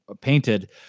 painted